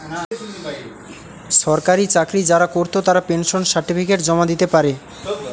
সরকারি চাকরি যারা কোরত তারা পেনশন সার্টিফিকেট জমা দিতে পারে